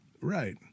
Right